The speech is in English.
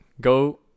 Go